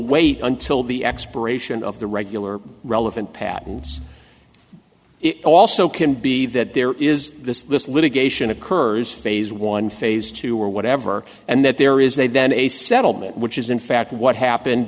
wait until the expiration of the regular relevant patents it also can be that there is this this litigation occurs phase one phase two or whatever and that there is they then a settlement which is in fact what happened